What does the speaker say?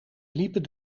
liepen